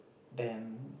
then